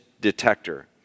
detector